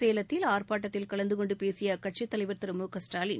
சேலத்தில் ஆர்ப்பாட்டத்தில் கலந்துகொண்டுபேசியஅக்கட்சி தலைவர் திரு மு க ஸ்டாலின்